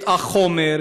את החומר,